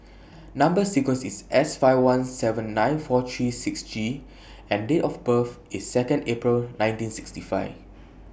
Number sequence IS S five one seven nine four three six G and Date of birth IS two April nineteen sixty five